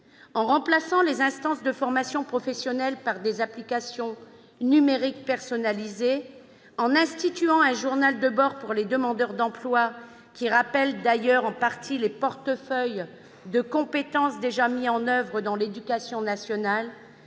En remplaçant les instances de formation professionnelle par des applications numériques personnalisées, en instituant un journal de bord pour les demandeurs d'emploi, qui rappelle d'ailleurs en partie les portefeuilles de compétences déjà mis en oeuvre dans l'éducation nationale,